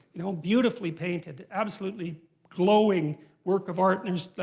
you know beautifully painted, absolutely glowing work of art, and just, like,